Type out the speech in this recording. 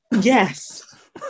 Yes